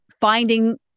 finding